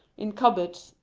in cupboards,